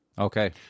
Okay